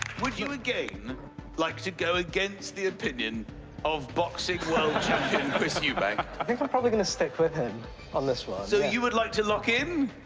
would you again like to go against the opinion of boxing world champion chris eubank? i think i'm probably going to stick with him on this one. so you would like to lock in?